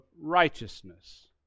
righteousness